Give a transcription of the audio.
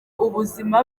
ubuzima